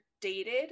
dated